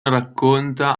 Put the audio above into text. racconta